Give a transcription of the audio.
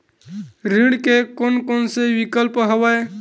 ऋण के कोन कोन से विकल्प हवय?